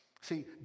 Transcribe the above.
See